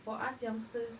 for us youngsters